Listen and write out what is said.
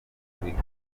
afurika